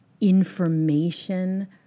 information